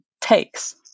takes